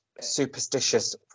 superstitious